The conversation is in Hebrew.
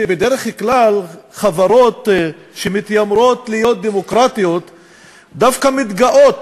בדרך כלל חברות שמתיימרות להיות דמוקרטיות דווקא מתגאות